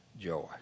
joy